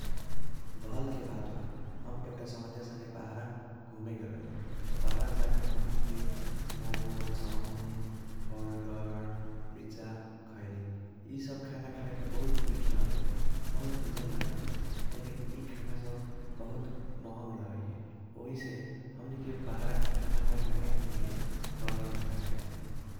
भलके बात बा हम एउटा संगहतिया संगे बाहारा घूमे गेल रहली। त बाहारा जाके हमनीके मोमो, चओमिन, बर्गर, पिज्जा खैली। इसब खाना खाएके बहुत मीठ लगाइए बहुत निमन लगाइए लेकिन इ खाना सब बहुत महँग रहैये। ओहिसे हमनीके बाहारा के खाना न खाके हमनीके घरके खाना खाईसी।